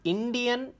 Indian